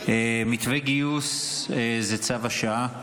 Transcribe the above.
מתווה גיוס זה צו השעה.